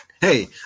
Hey